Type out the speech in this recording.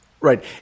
right